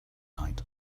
night